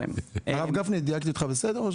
הרב גפני, דייקתי אותך בסדר?